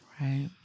right